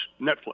Netflix